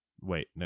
wait